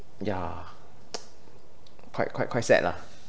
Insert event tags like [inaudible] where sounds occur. yeah [noise] quite quite quite sad lah